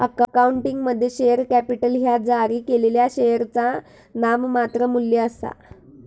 अकाउंटिंगमध्ये, share capital ह्या जारी केलेल्या शेअरचा नाममात्र मू्ल्य आसा